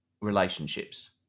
relationships